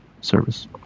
service